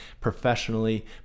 professionally